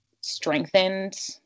strengthened